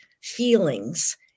feelings